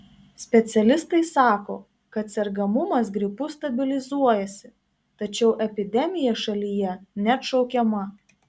specialistai sako kad sergamumas gripu stabilizuojasi tačiau epidemija šalyje neatšaukiama